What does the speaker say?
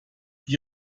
die